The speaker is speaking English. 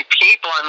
people